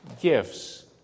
gifts